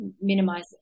minimize